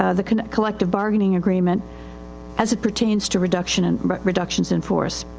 ah the collective bargaining agreement as it pertains to reduction, and but reductions in force.